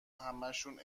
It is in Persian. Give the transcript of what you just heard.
همشونو